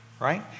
right